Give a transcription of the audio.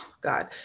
God